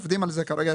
עובדים על זה כרגע,